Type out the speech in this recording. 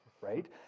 right